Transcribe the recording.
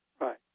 Right